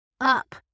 up